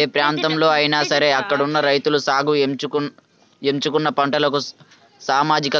ఏ ప్రాంతంలో అయినా సరే అక్కడున్న రైతులు సాగుకి ఎంచుకున్న పంటలకు సామాజిక